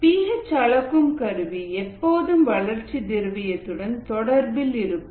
B H அளக்கும் கருவி எப்போதும் வளர்ச்சி திரவத்துடன் தொடர்பில் இருக்கும்